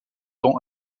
ton